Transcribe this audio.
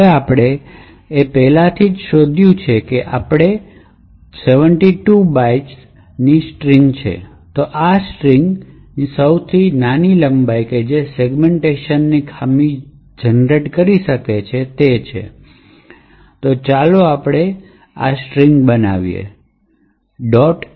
હવે આપણે તે પહેલાથી જ શોધી કાઢયું છે જો આપણે સ્પષ્ટ કર્યું છે કે એ 72 બાઇટ્સ છે તો પછી આ સ્ટ્રિંગ નીસૌથી નાની લંબાઈ છે જે સેગ્મેન્ટેશન ખામી બનાવે છે તેથી ચાલો આપણે આ બનતું જોઈએ